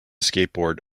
skateboard